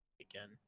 again